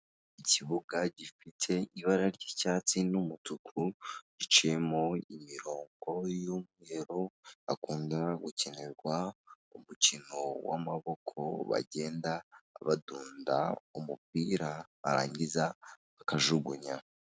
Ikibuga gifite ibara ry'icyatsi n'umutuku biciyemo imirongo y'umweru, hakunda gukinirwa umukino w'amaboko bagenda badunda umupira barangiza bakajugunya.